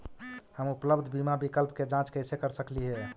हम उपलब्ध बीमा विकल्प के जांच कैसे कर सकली हे?